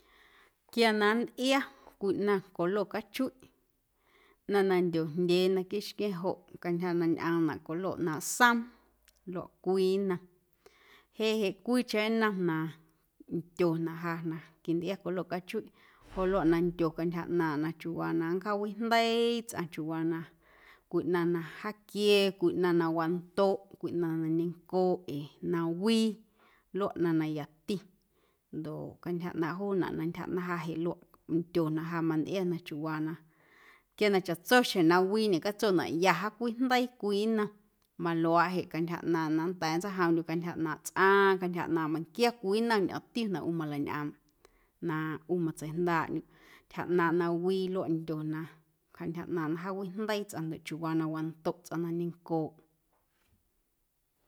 Quia na nntꞌia cwii ꞌnaⁿ colo cachuiꞌ ꞌnaⁿ ndyojndyee naquiiꞌ xquia̱ⁿ joꞌ cantyja na ñꞌoomnaꞌ colo ꞌnaaⁿꞌ soom luaꞌ cwii nnom jeꞌ jeꞌ cwiicheⁿ nnom na ndyo na ja quintꞌia colo cachuiiꞌ joꞌ luaꞌ na ndyo cantyja ꞌnaaⁿꞌ na chiuuwaa na nncjaawijndeii tsꞌaⁿ, chiuuwaa na cwii ꞌnaⁿ na jaaquie, cwii ꞌnaⁿ na wandoꞌ, cwii ꞌnaⁿ na ñencooꞌ ee na wii luaꞌ ꞌnaⁿ na yati ndoꞌ cantyja ꞌnaaⁿꞌ juunaꞌ na tyja ꞌnaⁿ jeꞌ luaꞌ nndyo na ja mantꞌia na chiuuwaa na quia na chaꞌtso xjeⁿ na wii ñecatsonaꞌ ya jaacwijndeii cwii nnom maluaaꞌ jeꞌ cantyja ꞌnaaⁿꞌ na nnda̱a̱ na nntseijoomꞌndyuꞌ cantyja ꞌnaaⁿꞌ tsꞌaⁿ, cantyja ꞌnaaⁿꞌ meiⁿnquia cwii nnom ñꞌoomtiu na ꞌu maleiñꞌoomꞌ na ꞌu matseijndaaꞌndyuꞌ ntyja ꞌnaaⁿꞌ na wii luaꞌ ndyo na cantyja ꞌnaaⁿꞌ na jaawijndeii tsꞌaⁿ ndoꞌ chiuuwaa na wandoꞌ tsꞌaⁿ na ñencooꞌ.